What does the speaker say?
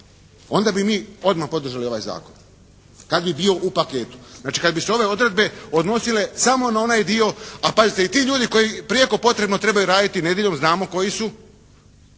onda bi mi odmah podržali ovaj zakon kad bi bio u paketu. Znači kada bi se ove odredbe odnosile samo na onaj dio, a pazite i ti ljudi koji prijeko potrebno trebaju raditi nedjeljom znamo koji su,